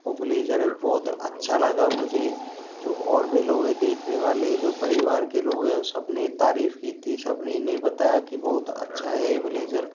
वो ब्लेज़र बहुत अच्छा लगा मुझे जो और भी लोग है देखने वाले जो परिवार के लोग है उन सब ने तारीफ की थी सब ने इन्हें बताया की बहुत अच्छा है ब्लेज़र